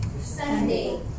Sunday